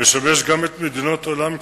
משמש גם את מדינות העולם,